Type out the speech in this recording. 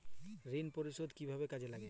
ঋণ পরিশোধ কিভাবে কাজ করে?